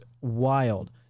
wild